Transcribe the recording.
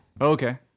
Okay